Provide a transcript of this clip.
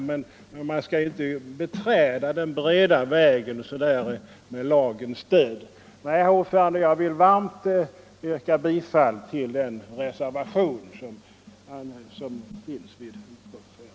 Men man skall inte beträda den breda vägen med lagens stöd. Herr talman! Jag vill varmt yrka bifall till den reservation som är fogad till utskottets betänkande.